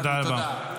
תודה רבה.